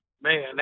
Man